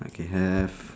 okay have